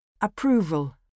Approval